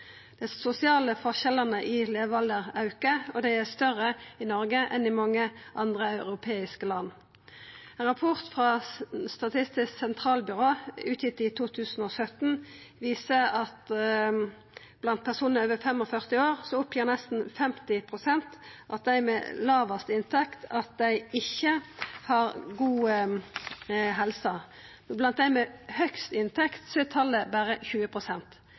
dei lågt utdanna. Dei sosiale forskjellane i levealder aukar, og dei er større i Noreg enn i mange andre europeiske land. Ein rapport frå Statistisk sentralbyrå utgitt i 2017 viste at blant personar over 45 år oppgir nesten 50 pst. av dei med lågast inntekt at dei ikkje har god helse. Blant dei med høgast inntekt er talet berre